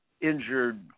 injured